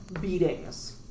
beatings